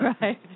Right